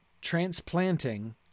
transplanting